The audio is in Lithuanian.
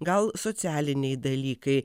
gal socialiniai dalykai